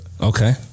Okay